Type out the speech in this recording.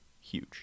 huge